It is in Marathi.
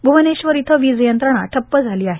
भ्रुवनेश्वर इथं वीजयंत्रणा ठप्प झाली आहे